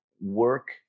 work